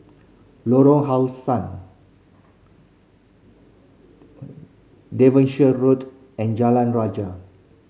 Lorong How Sun Devonshire Road and Jalan Raja